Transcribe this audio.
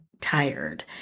tired